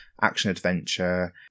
action-adventure